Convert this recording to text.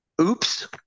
oops